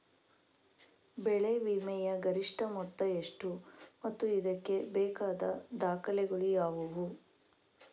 ಬೆಳೆ ವಿಮೆಯ ಗರಿಷ್ಠ ಮೊತ್ತ ಎಷ್ಟು ಮತ್ತು ಇದಕ್ಕೆ ಬೇಕಾದ ದಾಖಲೆಗಳು ಯಾವುವು?